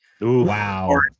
Wow